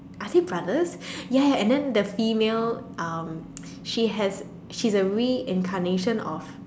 are they brothers ya ya and then the female um she has she's a reincarnation of